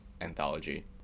anthology